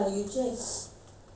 check [what]